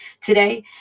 Today